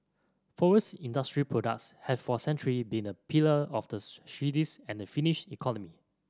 forest industry products have for centuries been a pillar of the Swedish and Finnish economy